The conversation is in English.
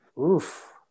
Oof